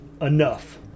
enough